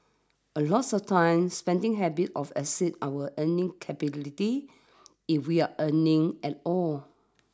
a lots of times spending habits of exceeds our earning capabilities if we're earning at all